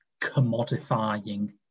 commodifying